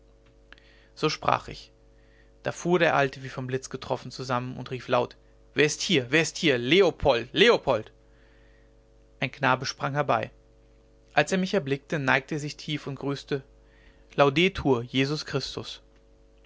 so sprach ich da fuhr der alte wie vom blitz getroffen zusammen und rief laut wer ist hier wer ist hier leopold leopold ein knabe sprang herbei als er mich erblickte neigte er sich tief und grüßte laudetur jesus christus